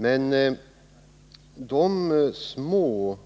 Men de små